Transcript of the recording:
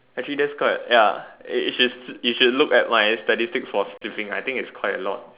actually that's quite ya you should look at my statistic for sleeping I think it's quite a lot